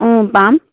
পাম